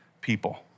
people